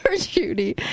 Judy